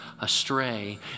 astray